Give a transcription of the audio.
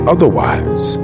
Otherwise